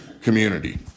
community